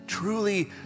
truly